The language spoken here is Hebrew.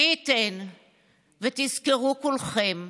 מי ייתן ותזכרו כולכם,